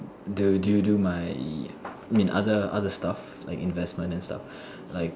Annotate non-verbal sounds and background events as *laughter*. do do do my *noise* mean other other stuff like investment and stuff like